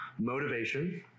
Motivation